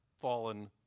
fallen